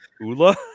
Ula